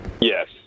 Yes